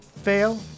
fail